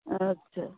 अच्छा